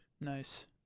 Nice